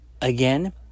again